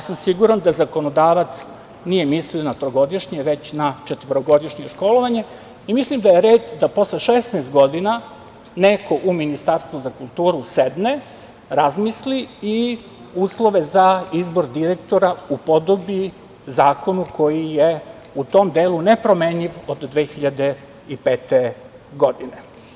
Siguran sam da zakonodavac nije mislio na trogodišnje, već na četvorogodišnje školovanje i mislim da je red posle 16 godina neko u Ministarstvu za kulturu sedne, razmisli i uslove za izbor direktora upodobi zakonu koji je u tom delu nepromenjiv od 2005. godine.